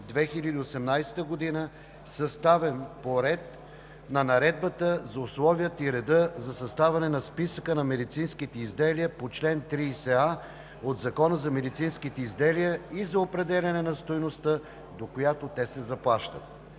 2018 г. Съставен е по реда на Наредбата за условията и реда за съставяне на списъка на медицинските изделия по член 30а от Закона за медицинските изделия и за определяне на стойността, до която те се заплащат.